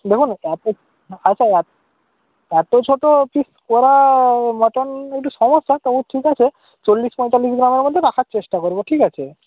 দেখুন এত আচ্ছা এত ছোটো পিস করা মটন একটু সমস্যা তবু ঠিক আছে চল্লিশ পঁয়তাল্লিশ গ্রামের মধ্যে রাখার চেষ্টা করব ঠিক আছে